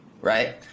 right